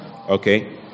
Okay